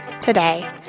today